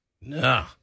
No